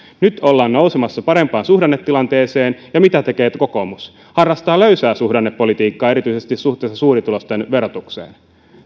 nyt ollaan nousemassa parempaan suhdannetilanteeseen ja mitä tekee kokoomus harrastaa löysää suhdannepolitiikkaa erityisesti suhteessa suurituloisten verotukseen